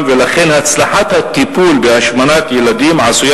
ולכן הצלחת הטיפול בהשמנת ילדים עשויה